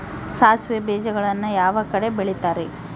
ಸಾಸಿವೆ ಬೇಜಗಳನ್ನ ಯಾವ ಕಡೆ ಬೆಳಿತಾರೆ?